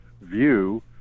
view